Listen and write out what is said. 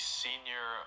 senior